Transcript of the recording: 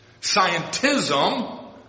Scientism